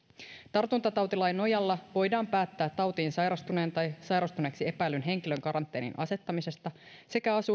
tartuntatautilain nojalla voidaan päättää tautiin sairastuneen tai sairastuneeksi epäillyn henkilön karanteeniin asettamisesta sekä